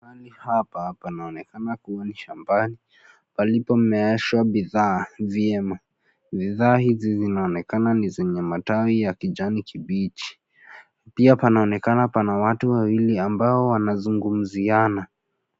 Mahali hapa panaonekana kuwa ni shambani palipo meeshwa bidhaa vyema. Bidhaa hizi zinaonekana ni zenye matawi ya kijani kibichi, pia panaonekana hapa na watu wawili ambao wanazungumziana.